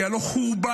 כי הלוא חורבה